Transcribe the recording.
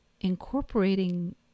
incorporating